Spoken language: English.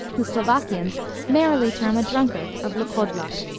the slovakiana merrily term a drunkard a vlkodlak,